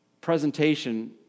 presentation